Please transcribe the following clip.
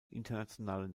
internationalen